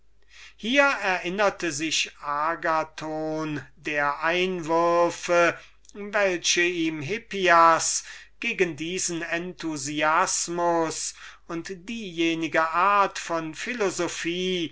hier erinnerte sich agathon der einwürfe welche ihm hippias gegen diesen enthusiasmus und diejenige art von philosophie